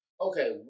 okay